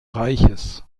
reiches